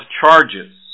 charges